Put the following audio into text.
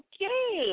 Okay